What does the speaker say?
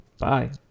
Bye